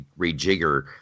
rejigger